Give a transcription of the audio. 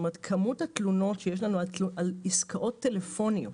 כמות התלונות שיש לנו על עסקאות טלפוניות,